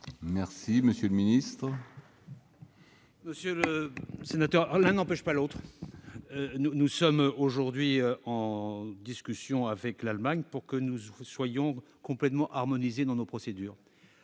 est à M. le ministre. Monsieur le sénateur, l'un n'empêche pas l'autre ! Nous sommes aujourd'hui en discussion avec l'Allemagne pour que nous soyons complètement harmonisés dans nos procédures,